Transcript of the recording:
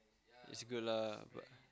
it's good lah but